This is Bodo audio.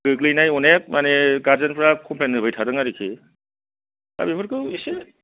गोग्लैनाय मानि अनेक गार्जेनफ्रा कमप्लेन होबाय थादों आरोखि दा बेफोरखौ एसे